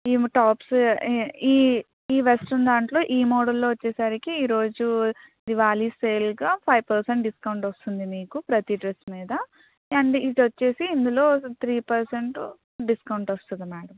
ఈ టాప్స్ ఈ ఈ వెస్ట్రన్ దాంట్లో ఈ మోడల్లో వచ్చేసరికి ఈరోజు దివాళీ సేల్గా ఫైవ్ పర్సెంట్ డిస్కౌంట్ వస్తుంది మీకు ప్రతి డ్రెస్ మీద అండ్ ఇది వచ్చేసి ఇందులో త్రీ పర్సెంట్ డిస్కౌంట్ వస్తుంది మేడం